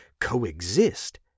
coexist